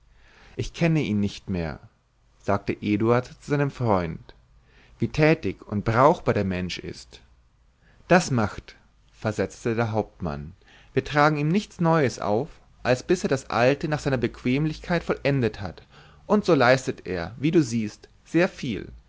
ich kenne ihn nicht mehr sagte eduard zu seinem freund wie tätig und brauchbar der mensch ist das macht versetzte der hauptmann wir tragen ihm nichts neues auf als bis er das alte nach seiner bequemlichkeit vollendet hat und so leistet er wie du siehst sehr viel